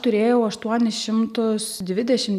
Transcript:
turėjau aštuoni šimtus dvidešimt